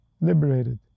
liberated